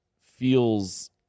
feels